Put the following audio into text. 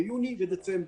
ביוני ובדצמבר.